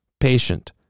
patient